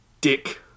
dick